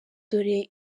dore